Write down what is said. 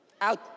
out